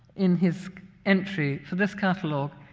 in his entry to this catalog,